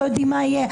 לא יודעים מה יהיה.